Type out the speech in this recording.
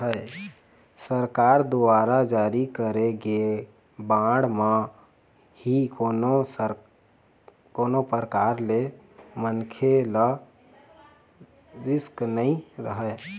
सरकार दुवारा जारी करे गे बांड म ही कोनो परकार ले मनखे ल रिस्क नइ रहय